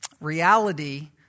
reality